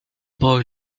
boy